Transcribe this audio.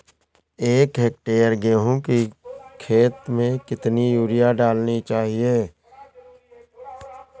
एक हेक्टेयर गेहूँ की खेत में कितनी यूरिया डालनी चाहिए?